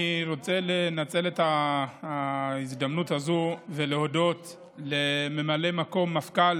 אני רוצה לנצל את ההזדמנות הזאת ולהודות לממלא מקום מפכ"ל,